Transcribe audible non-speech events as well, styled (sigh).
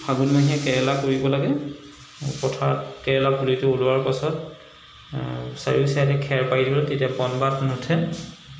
ফাগুনমহীয়া কেৰেলা কৰিব লাগে পথাৰত কেৰেলা পুলিটো ওলোৱাৰ পাছত চাৰিও চাইডে খেৰ পাৰি দিব লাগে তেতিয়া বন (unintelligible) নুঠে